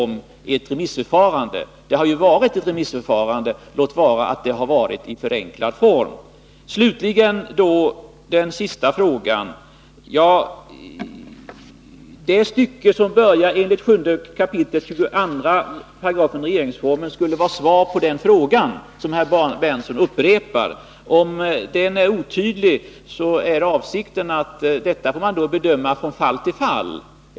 Det har ju ändå varit ett remissförfarande, låt vara i förenklad form. Slutligen den sista frågan. Det stycke som börjar ”Enligt 7 kap. 2§ regeringsformen” skulle vara svar på den fråga som herr Berndtson upprepar. Om det är otydligt, så vill jag säga att avsikten är att man får bedöma detta från fall till fall.